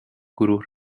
گروه